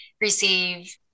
receive